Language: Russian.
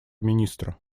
министра